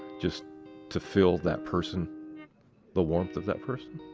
just to feel that person the warmth of that person.